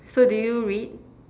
so do you read